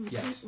Yes